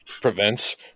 Prevents